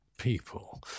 people